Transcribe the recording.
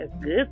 good